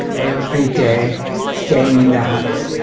every day staying in the house,